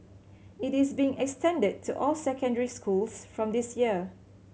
it is being extended to all secondary schools from this year